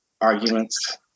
arguments